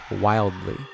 wildly